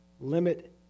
limit